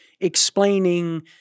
explaining